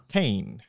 Kane